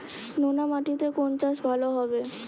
নোনা মাটিতে কোন চাষ ভালো হবে?